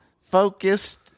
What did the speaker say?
focused